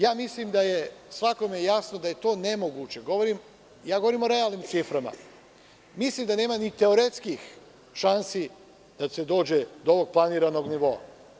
Ja mislim da je svakome jasno da je to nemoguće, govorim o realnim ciframa, mislim da nema teoretskih šansi, da se dođe do ovog planiranog nivoa.